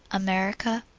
america.